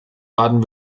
baden